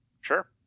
sure